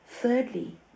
Thirdly